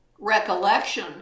recollection